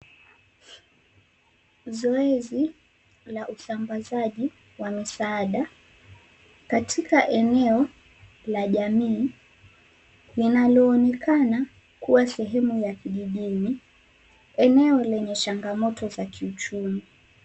Zoezi la usambazaji wa misaada katika eneo la jamii linaloonekana kuwa sehemu la kijijini, eneo lenye changamoto za kiuchumi.